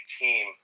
team